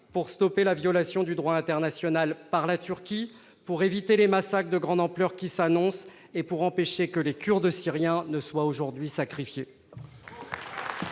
pour arrêter cette violation du droit international par la Turquie, pour éviter les massacres de grande ampleur qui s'annoncent et pour empêcher que les Kurdes syriens soient aujourd'hui sacrifiés